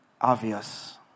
obvious